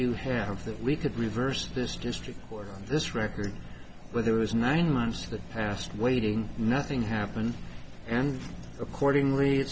you have that we could reverse this district court on this record where there was nine months that passed waiting nothing happened and accordingly